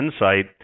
Insight